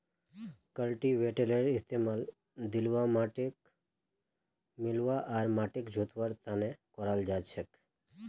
कल्टीवेटरेर इस्तमाल ढिलवा माटिक मिलव्वा आर माटिक जोतवार त न कराल जा छेक